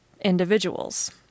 individuals